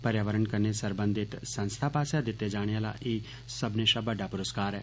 पर्यावरण कन्नै सरबंधित संस्था पास्सेआ दित्ते जाने आह्ला एह् सब्मनें शा बड्डा पुरूस्कार ऐ